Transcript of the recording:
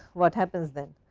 what happens then